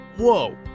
Whoa